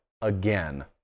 again